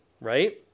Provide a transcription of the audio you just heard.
right